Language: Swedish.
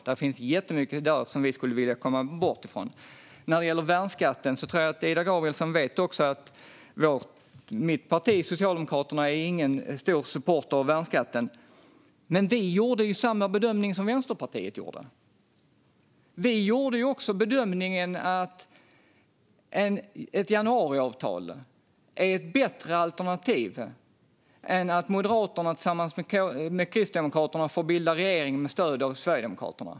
Det finns jättemycket som vi skulle vilja komma bort från där. När det gäller värnskatten tror jag att Ida Gabrielsson vet att mitt parti, Socialdemokraterna, inte är någon stor supporter av att ta bort den. Men vi gjorde samma bedömning som Vänsterpartiet; vi gjorde också bedömningen att ett januariavtal var ett bättre alternativ än att Moderaterna och Kristdemokraterna fick bilda regering med stöd av Sverigedemokraterna.